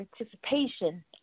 anticipation